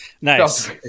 Nice